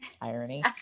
irony